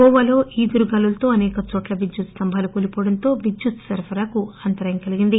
గోవాలో ఈదురుగాలులతో అసేకచోట్ల విద్యుత్ స్తంభాలు కూలిపోవడంతో విద్యుత్ సరఫరాకు అంతరాయం కలిగింది